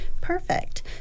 Perfect